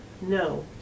No